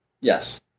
Yes